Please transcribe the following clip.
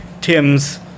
Tim's